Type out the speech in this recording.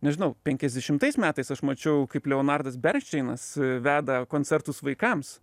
nežinau penkiasdešimtais metais aš mačiau kaip leonardas bernšteinas veda koncertus vaikams